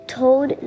told